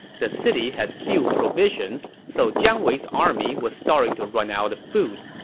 the city had few provisions, so jiang wei's army was starting to run out of food.